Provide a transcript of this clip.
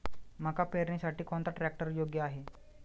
मका पेरणीसाठी कोणता ट्रॅक्टर योग्य आहे?